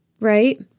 right